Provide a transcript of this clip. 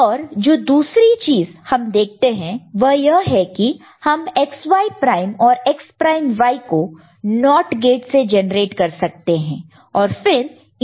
और जो दूसरी चीज हम देखते हैं वह यह है की कि हम X Y प्राइम और X प्राइम Y को NOT गेट से जेनरेट कर सकते हैं और फिर इनको AND कर सकते हैं